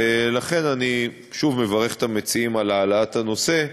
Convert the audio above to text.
ולכן אני שוב מברך את המציעים על העלאת הנושא.